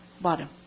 bottom